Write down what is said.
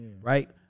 Right